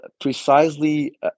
precisely